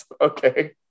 Okay